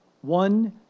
One